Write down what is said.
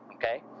Okay